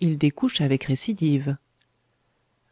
il découche avec récidive